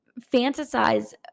Fantasize